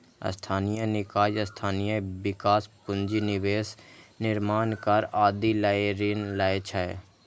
स्थानीय निकाय स्थानीय विकास, पूंजी निवेश, निर्माण कार्य आदि लए ऋण लै छै